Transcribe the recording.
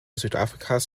südafrikas